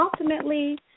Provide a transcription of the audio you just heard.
ultimately